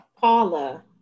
Paula